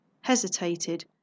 hesitated